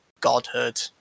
godhood